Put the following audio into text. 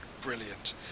brilliant